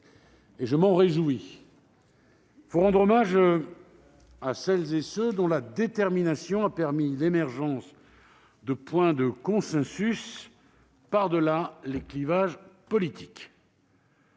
Je m'en réjouis. Il faut rendre hommage à celles et à ceux dont la détermination a permis l'émergence de points de consensus par-delà les clivages politiques.